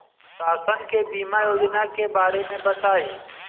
शासन के बीमा योजना के बारे में बताईं?